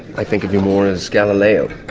i think of you more as galileo